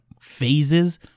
phases